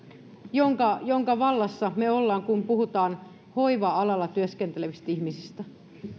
jonka jonka vallassa me olemme kun puhutaan hoiva alalla työskentelevistä ihmisistä